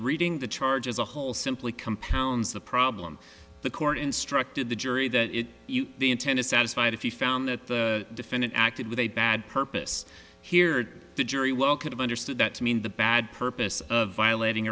reading the charge as a whole simply compounds the problem the court instructed the jury that the intent is satisfied if you found that the defendant acted with a bad purpose here the jury well could have understood that to mean the bad purpose of violating